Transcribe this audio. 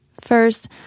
First